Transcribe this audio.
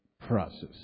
process